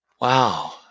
Wow